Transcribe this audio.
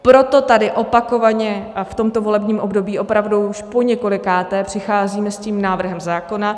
Proto tady opakovaně, a v tomto volebním období opravdu už poněkolikáté, přicházíme s tím návrhem zákona.